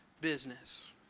business